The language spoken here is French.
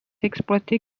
exploiter